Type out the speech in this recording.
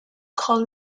call